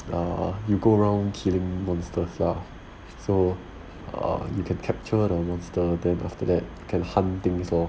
err you go around killing monsters lah so err you can capture the monster then after that can hunt things lor